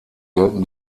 gelten